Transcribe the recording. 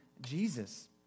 Jesus